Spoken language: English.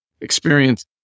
experience